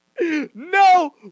No